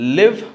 live